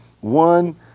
one